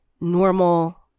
normal